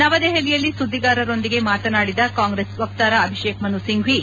ನವದೆಹಲಿಯಲ್ಲಿ ಸುದ್ದಿಗಾರರೊಂದಿಗೆ ಮಾತನಾಡಿದ ಕಾಂಗ್ರೆಸ್ ವಕ್ತಾರ ಅಭಿಷೇಕ್ ಮನು ಸಿಂಫ್ಟಿ